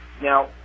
Now